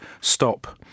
Stop